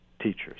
teachers